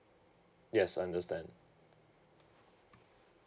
yes understand